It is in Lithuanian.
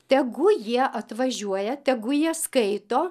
tegu jie atvažiuoja tegu jie skaito